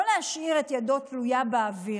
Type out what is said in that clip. לא להשאיר את ידו תלויה באוויר,